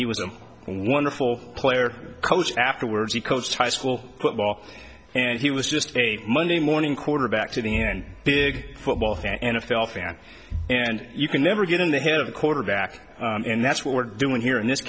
he was a wonderful player coach afterwards he coached high school football and he was just a monday morning quarterback to the end big football fan n f l fan and you can never get in the head of a quarterback and that's what we're doing here in this